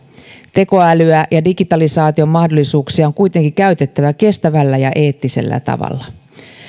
tekoälyä ja digitalisaation mahdollisuuksia on kuitenkin käytettävä kestävällä ja eettisellä tavalla